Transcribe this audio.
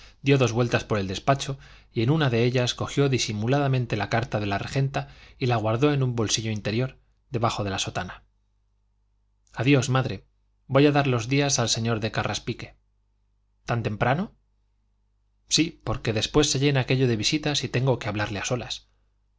dio dos vueltas por el despacho y en una de ellas cogió disimuladamente la carta de la regenta y la guardó en un bolsillo interior debajo de la sotana adiós madre voy a dar los días al señor de carraspique tan temprano sí porque después se llena aquello de visitas y tengo que hablarle a solas